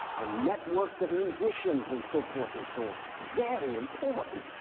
and networks of musicians, and so forth and so on. very important.